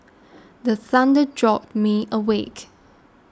the thunder jolt me awake